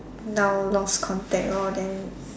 now lost contact lor then